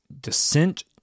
Descent